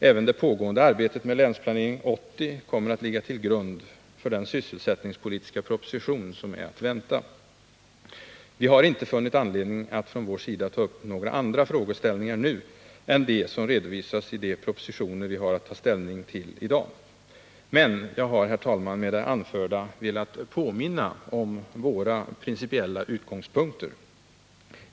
Även det pågående arbetet med Länsplanering 80 kommer att ligga till grund för den sysselsättningspolitiska proposition som är att vänta. Vi har inte funnit anledning att från vår sida nu ta upp några andra frågeställningar än dem som redovisas i de propositioner som vi har att ta ställning till — men jag har med det anförda velat påminna om våra principiella utgångspunkter.